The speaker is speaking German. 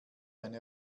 eine